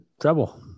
trouble